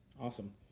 Awesome